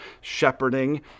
shepherding